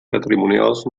patrimonials